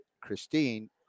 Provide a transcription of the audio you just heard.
Christine